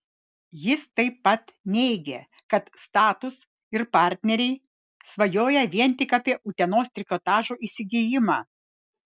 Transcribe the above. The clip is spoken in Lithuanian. jis taip pat neigė kad status ir partneriai svajoja vien tik apie utenos trikotažo įsigijimą